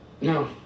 No